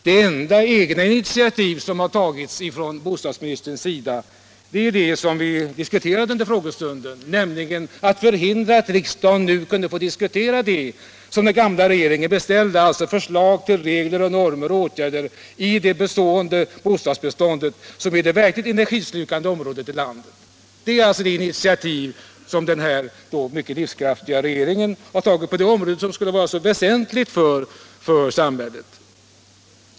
Det enda egna initiativ som bostadsministern tagit är det som diskuterades under frågestunden, nämligen att man förhindrat att riksdagen nu kan få diskutera de av den gamla regeringen beställda förslagen till regler, normer och åtgärder för det befintliga bostadsbeståndet, vilket är det verkligt energislukande området i landet. Det är det enda initiativ den här mycket livskraftiga regeringen tagit på det här området, som skulle vara så väsentligt för samhället.